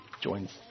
joins